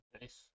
Nice